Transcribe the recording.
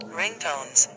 ringtones